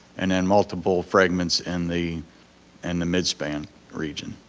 and then multiple fragments in the and the mid-span region.